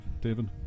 David